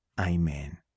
Amen